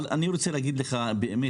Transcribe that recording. אבל אני רוצה להגיד לך באמת,